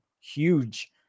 huge